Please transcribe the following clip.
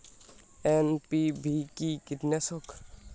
NPV কি কীটনাশক?